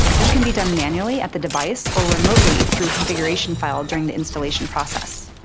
this can be done manually at the device or remotely through configuration file during the installation process.